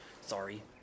Sorry